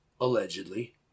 allegedly